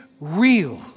real